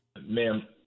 Ma'am